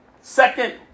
Second